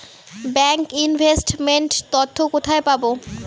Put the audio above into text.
Bank investment তথ্য কোথায় পাব?